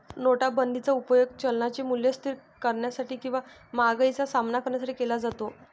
नोटाबंदीचा उपयोग चलनाचे मूल्य स्थिर करण्यासाठी किंवा महागाईचा सामना करण्यासाठी केला जातो